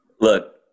Look